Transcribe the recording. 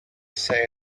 say